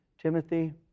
Timothy